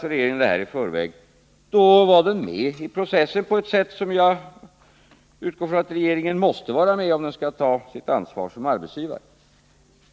Om regeringen godkände budet i förväg, då var den med i processen på ett sätt som jag utgår ifrån att den måste vara om den skall ta sitt ansvar som arbetsgivare.